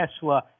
Tesla